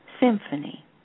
symphony